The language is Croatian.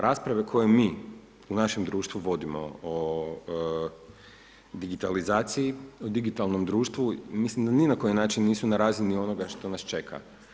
Rasprave koje mi, u našem društvu vodimo o digitalizaciji, digitalnom društvu, mislim da na ni na koji način nisu na razini onoga što nas čeka.